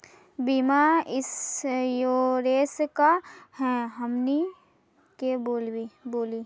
बीमा इंश्योरेंस का है हमनी के बोली?